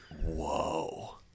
whoa